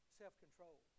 self-control